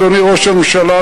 אדוני ראש הממשלה,